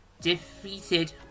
defeated